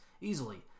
easily